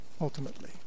ultimately